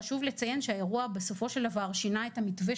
חשוב לציין שהאירוע בסופו של דבר שינה את המתווה